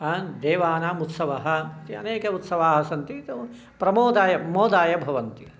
देवानाम् उत्सवः अनेके उत्सवाः सन्ति तु प्रमोदाय मोदाय भवन्ति